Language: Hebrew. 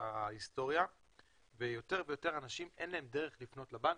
ההיסטוריה וליותר אנשים אין דרך לפנות לבנקים,